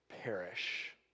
perish